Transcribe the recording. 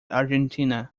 argentina